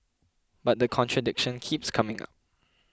but the contradiction keeps coming up